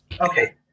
okay